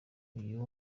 uyu